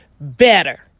better